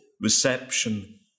reception